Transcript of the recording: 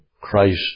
Christ